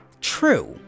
true